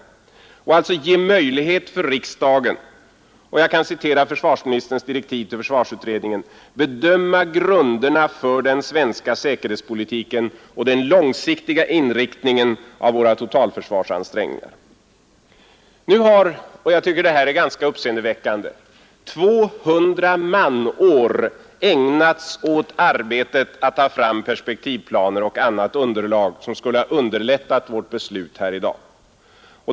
Det skulle alltså ge möjlighet för riksdagen — och jag kan citera försvarsministerns direktiv till försvarsutredningen — att bedöma grunderna för den svenska säkerhetspolitiken och den långsiktiga inriktningen av våra totalförsvarsansträngningar. Nu har — och jag tycker det här är ganska uppseendeväckande — 200 manår ägnats åt arbetet att ta fram perspektivplaner och annat underlag som skulle ha underlättat vårt beslut här i dag.